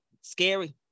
Scary